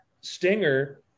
stinger